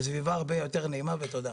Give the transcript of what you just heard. בסביבה הרבה יותר נעימה וטובה.